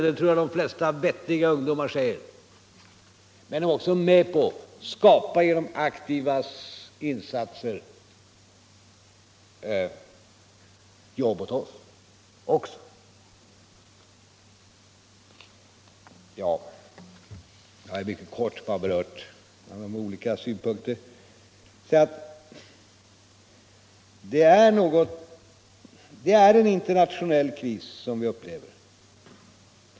De är ju också med på att genom aktiva insatser skapa jobb åt oss. Jag har med detta bara mycket kortfattat berört några olika synpunkter. Det är en internationell kris som vi upplever.